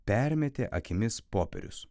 permetė akimis popierius